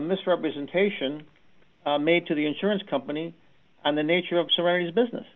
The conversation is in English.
misrepresentation made to the insurance company and the nature of serious business